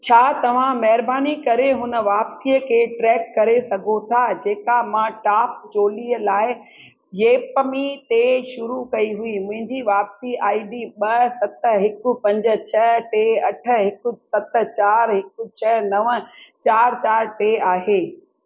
छा तव्हां महिरबानी करे हुन वापिसीअ खे ट्रैक करे सघो था जेका मां टॉप चोली लाइ येपमी ते शुरू कई हुई मुंहिंजी वापिसी आई डी ॿ सत हिकु पंज छ अठ हिकु सत चारि हिकु छह नव चारि चारि टे आहे